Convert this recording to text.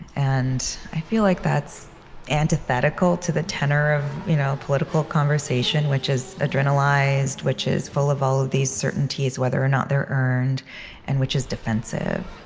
and i feel like that's antithetical to the tenor of you know political conversation, which is adrenalized which is full of all of these certainties, whether or not they're earned and which is defensive.